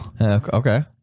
Okay